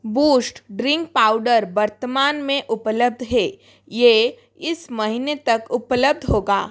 boost drink powder वर्तमान में अनुपलब्ध है यह इस महीने तक उपलब्ध होगा